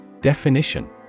Definition